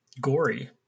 Gory